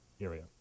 area